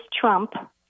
Trump